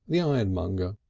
the ironmonger.